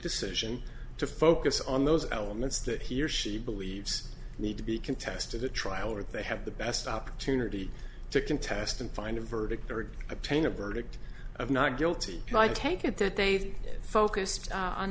decision to focus on those elements that he or she believes need to be contested a trial or they have the best opportunity to contest and find a verdict third obtain a verdict of not guilty and i take it that they've focused on